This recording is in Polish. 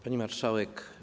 Pani Marszałek!